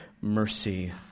mercy